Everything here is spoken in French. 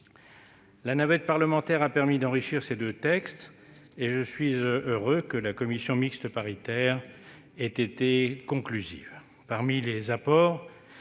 La navette parlementaire a permis d'enrichir ces deux textes, et je suis heureux que les commissions mixtes paritaires aient été conclusives.